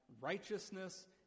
righteousness